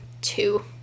Two